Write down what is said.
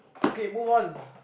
okay move on